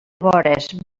vores